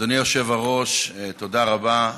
אדוני היושב-ראש, תודה רבה.